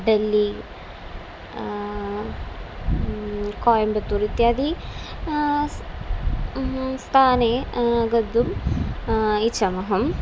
डेल्लि कोयम्बत्तूर् इत्यादि स्थाने गन्तुम् इच्छाम्यहं